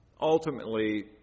ultimately